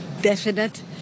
definite